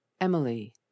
Emily